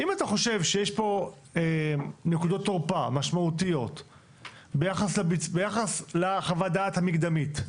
אם אתה חושב שיש פה נקודות תורפה משמעותיות ביחס לחוות הדעת המקדמית,